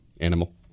animal